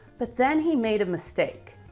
but then he made a mistake.